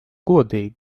godīgi